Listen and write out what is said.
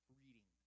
reading